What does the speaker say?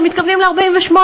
הם מתכוונים ל-48',